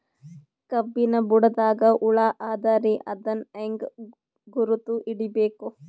ಕಬ್ಬಿನ್ ಬುಡದಾಗ ಹುಳ ಆದರ ಅದನ್ ಹೆಂಗ್ ಗುರುತ ಹಿಡಿಬೇಕ?